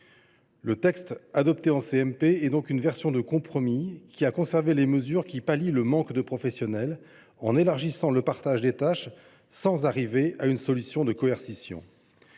Le texte adopté en CMP est donc une version de compromis. Il conserve les mesures qui pallient le manque de professionnels en élargissant le partage des tâches, sans aller jusqu’à la coercition